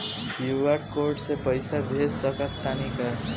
QR code से पईसा भेज सक तानी का?